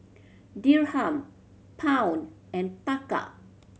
Dirham Pound and Taka